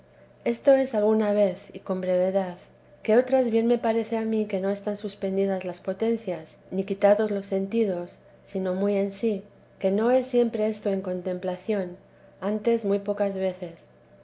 esto es alguna vez y con brevedad que otras bien me parece a mí que no están suspendidas las potencias ni quitados los sentidos sino muy en sí que no es siempre esto en contemplación antes muy pocas veces